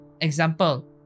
Example